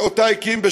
שאותה הקים,